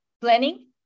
planning